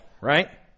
right